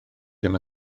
ddim